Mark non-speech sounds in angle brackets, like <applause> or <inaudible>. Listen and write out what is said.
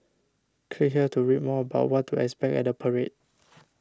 click here to read more about what to expect at the parade <noise>